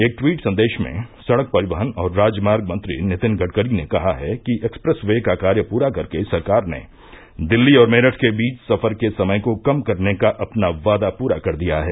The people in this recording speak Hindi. एक ट्वीट संदेश में सड़क परिवहन और राजमार्ग मंत्री नितिन गडकरी ने कहा है कि एक्सप्रेस वे का कार्य पूरा करके सरकार ने दिल्ली और मेरठ के बीच सफर के समय को कम करने का अपना वादा पूरा कर दिया है